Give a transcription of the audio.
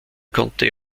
konnte